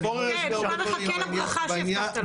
כן, הוא מחכה לברכה שהבטחת לו.